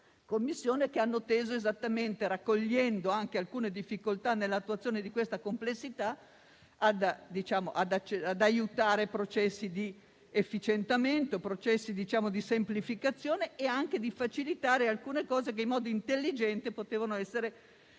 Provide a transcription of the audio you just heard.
Commissione, poiché hanno teso, raccogliendo alcune difficoltà nell'attuazione di questa complessità, ad aiutare processi di efficientamento e di semplificazione, e a facilitare alcune cose che in modo intelligente potevano essere facilitate: